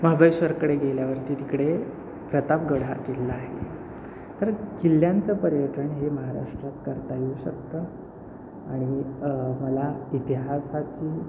महाबळेश्वरकडे गेल्यावरती तिकडे प्रतापगड हा किल्ला आहे तर किल्ल्यांचं पर्यटन हे महाराष्ट्रात करता येऊ शकतं आणि मला इतिहासाची